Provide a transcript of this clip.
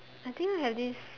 I think I had this